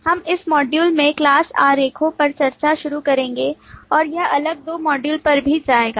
हम इस मॉड्यूल में class आरेखों पर चर्चा शुरू करेंगे और यह अगले दो मॉड्यूलों पर भी जाएगा